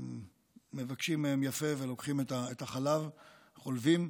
מבקשים מהן יפה ולוקחים את החלב וחולבים,